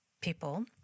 people